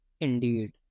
Indeed